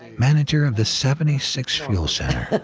manager of the seventy six fuel center.